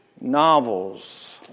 novels